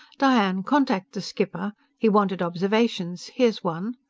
diane! contact the skipper. he wanted observations. here's one.